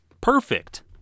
Perfect